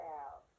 out